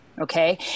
okay